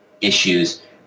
issues